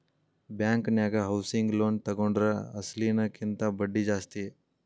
ಬ್ಯಾಂಕನ್ಯಾಗ housing loan ತಗೊಂಡ್ರ ಅಸ್ಲಿನ ಕಿಂತಾ ಬಡ್ದಿ ಜಾಸ್ತಿ